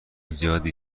زیادی